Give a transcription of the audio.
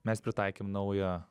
mes pritaikėm naują